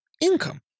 income